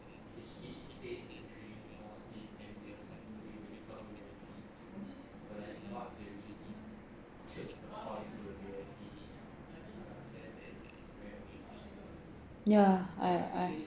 ya I I